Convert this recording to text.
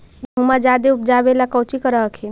गेहुमा जायदे उपजाबे ला कौची कर हखिन?